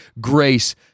grace